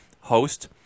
host